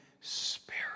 Spirit